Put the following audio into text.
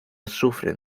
sufren